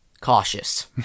cautious